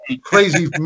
Crazy